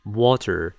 water